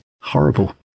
Horrible